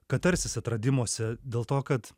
katarsis atradimuose dėl to kad